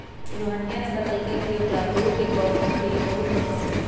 रोहिनीया ने बतल कई की ओकरा ब्रू के कॉफी बहुत पसंद हई